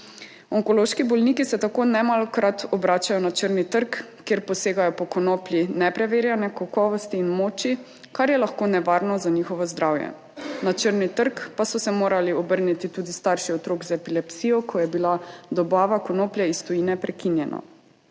Onkološki bolniki se tako nemalokrat obračajo na črni trg, kjer posegajo po konoplji nepreverjene kakovosti in moči, kar je lahko nevarno za njihovo zdravje. Na črni trg pa so se morali obrniti tudi starši otrok z epilepsijo, ko je bila dobava konoplje iz tujine prekinjena.